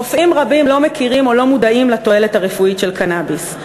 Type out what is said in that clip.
רופאים רבים לא מכירים או לא מודעים לתועלת הרפואית של קנאביס.